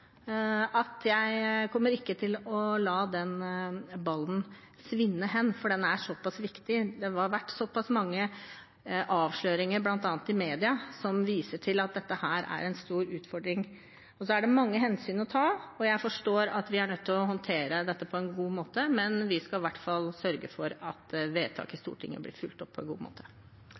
jeg kan forsikre representanten om at jeg ikke kommer til å legge den ballen død, for den er såpass viktig. Det har vært såpass mange avsløringer bl.a. i media som viser at dette er en stor utfordring. Så er det mange hensyn å ta, og jeg forstår at vi er nødt til å håndtere dette på en god måte, men vi skal i hvert fall sørge for at vedtaket i Stortinget blir fulgt opp på en god måte.